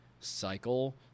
Cycle